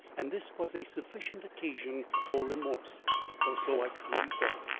and this was a sufficient occasion for remorse or so i truly felt.